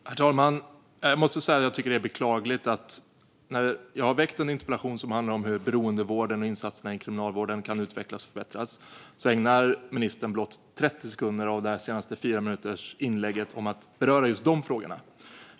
Herr talman! Jag måste säga att det är beklagligt att ministern, när jag har väckt en interpellation som handlar om hur beroendevården och insatserna inom kriminalvården kan utvecklas och förbättras, ägnar blott 30 sekunder av sitt senaste 4-minutersinlägg åt att beröra just de frågorna.